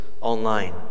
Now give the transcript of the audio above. online